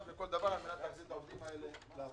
לכל דבר על מנת להחזיר את העובדים האלה לעבודה.